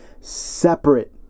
separate